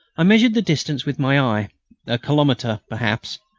i measured the distance with my eye a kilometre, perhaps.